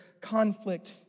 conflict